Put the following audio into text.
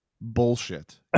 bullshit